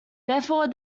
therefore